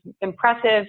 impressive